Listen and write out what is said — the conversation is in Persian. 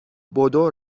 بدو